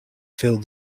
filled